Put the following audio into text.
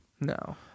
No